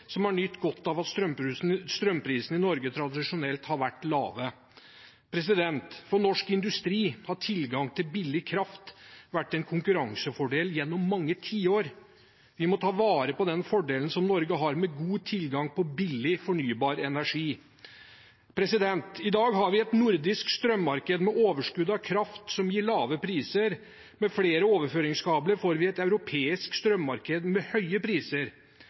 som har nytt godt av at strømprisene i Norge tradisjonelt har vært lave. For norsk industri har tilgangen til billig kraft vært en konkurransefordel gjennom mange tiår. Vi må ta vare på den fordelen som Norge har med god tilgang på billig fornybar energi. I dag har vi et nordisk strømmarked med overskudd av kraft som gir lave priser. Med flere overføringskabler får vi et europeisk strømmarked med høye priser.